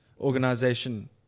organization